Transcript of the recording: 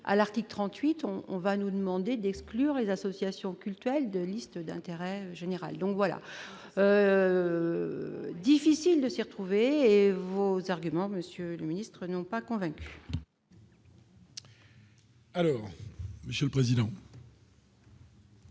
à l'article 38 on on va nous demander d'exclure les associations cultuelles de listes d'intérêt général, donc voilà, difficile de s'y retrouver vos arguments Monsieur le Ministre, non pas qu'on va. Alors Monsieur le Président.